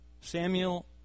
Samuel